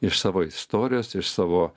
iš savo istorijos iš savo